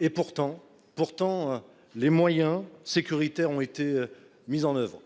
et pourtant pourtant les moyens sécuritaires ont été mises en oeuvre.